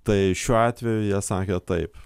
tai šiuo atveju jie sakė taip